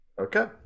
Okay